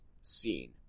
scene